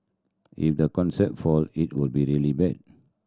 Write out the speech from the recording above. if the concept fall it will be really bad